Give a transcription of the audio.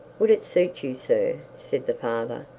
would it suit you, sir said the father,